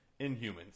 Inhumans